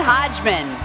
Hodgman